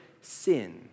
sin